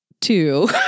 two